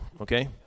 Okay